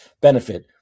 benefit